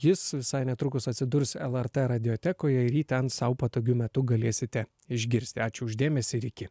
jis visai netrukus atsidurs lrt radiotekoje ir jį ten sau patogiu metu galėsite išgirsti ačiū už dėmesį ir iki